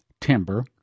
timber